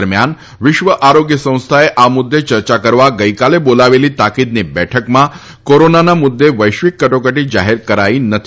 દરમિયાન વિશ્વ આરોગ્ય સંસ્થાએ આ મુદ્દે યર્ચા કરવા ગઇકાલે બોલાવેલી તાકીદની બેઠકમાં કોરોનાના મુદ્દે વૈશ્વિક કટોકટી જાહેર કરાઇ નથી